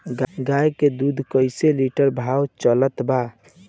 गाय के दूध कइसे लिटर भाव चलत बा?